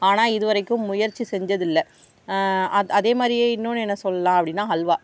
ஆனால் இது வரைக்கும் முயற்சி செஞ்சது இல்லை அதே மாதிரியே இன்னொன்று என்ன சொல்லலாம் அப்படினா அல்வா